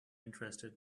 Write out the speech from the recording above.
interested